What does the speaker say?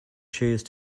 choose